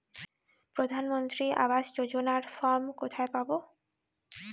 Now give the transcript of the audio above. প্রধান মন্ত্রী আবাস যোজনার ফর্ম কোথায় পাব?